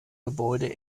gebäude